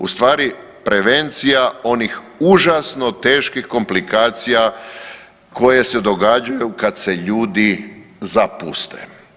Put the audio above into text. Ustvari, prevencija onih užasno teških komplikacija koje se događaju kad se ljudi zapuste.